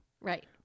Right